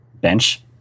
bench